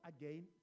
again